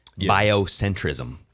biocentrism